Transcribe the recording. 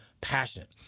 passionate